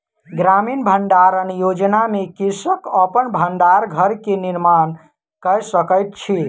ग्रामीण भण्डारण योजना में कृषक अपन भण्डार घर के निर्माण कय सकैत अछि